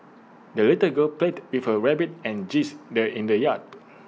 the little girl played with her rabbit and geese the in the yard